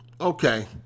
Okay